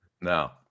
No